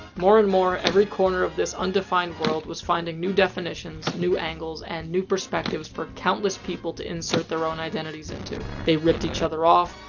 more and more, every corner of this undefined world was finding new definitions and new angles and new perspectives for countless people to insert their own identities in to. they ripped each other off,